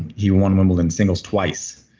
he won wimbledon singles twice.